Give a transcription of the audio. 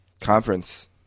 conference